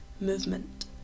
movement